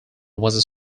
was